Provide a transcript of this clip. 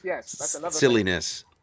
silliness